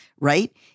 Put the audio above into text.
right